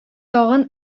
тагын